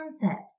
concepts